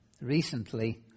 recently